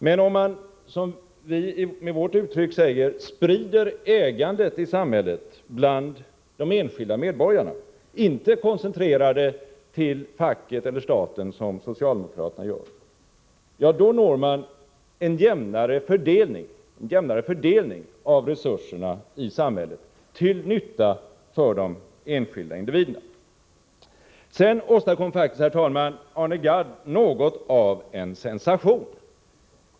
Men om man, som vi säger med vårt uttryck, sprider ägandet i samhället bland de enskilda medborgarna —- inte koncentrerar det till facket eller staten, som socialdemokraterna gör — då når man en jämnare fördelning av resurserna i samhället, till nytta för de enskilda individerna. Sedan, herr talman, åstadkom faktiskt Arne Gadd något av en sensation.